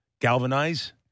galvanize